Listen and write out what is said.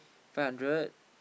five hundred